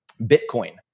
Bitcoin